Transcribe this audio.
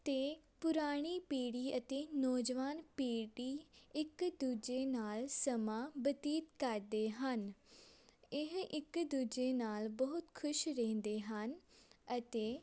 ਅਤੇ ਪੁਰਾਣੀ ਪੀੜ੍ਹੀ ਅਤੇ ਨੌਜਵਾਨ ਪੀੜ੍ਹੀ ਇੱਕ ਦੂਜੇ ਨਾਲ ਸਮਾਂ ਬਤੀਤ ਕਰਦੇ ਹਨ ਇਹ ਇੱਕ ਦੂਜੇ ਨਾਲ ਬਹੁਤ ਖੁਸ਼ ਰਹਿੰਦੇ ਹਨ ਅਤੇ